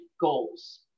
goals